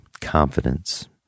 confidence